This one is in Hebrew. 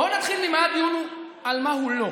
בואו נתחיל, הדיון, על מה הוא לא.